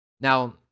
now